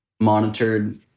monitored